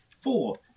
Four